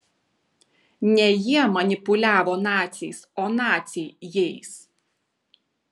ne jie manipuliavo naciais o naciai jais